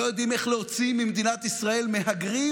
לא יודעים איך להוציא ממדינת ישראל מהגרים,